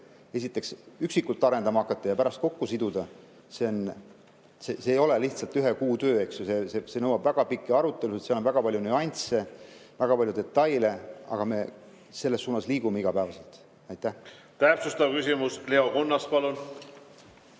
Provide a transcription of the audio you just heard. kõike üksikult arendama hakata ja pärast kokku siduda – see ei ole ühe kuu töö. See nõuab väga pikki arutelusid ja seal on väga palju nüansse, väga palju detaile. Aga me selles suunas liigume pidevalt. Täpsustav küsimus, Leo Kunnas, palun!